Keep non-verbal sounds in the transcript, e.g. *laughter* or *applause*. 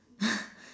*laughs*